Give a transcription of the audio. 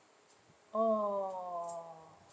oh